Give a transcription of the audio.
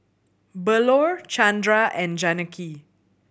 Bellur Chandra and Janaki